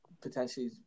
potentially